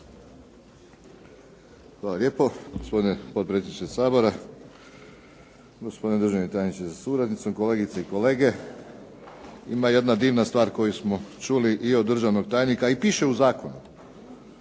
Hvala lijepo, gospodine potpredsjedniče Sabora. Gospodine državni tajniče sa suradnicom. Kolegice i kolege. Ima jedna divna stvar koju smo čuli i od državnog tajnika i piše u zakonu,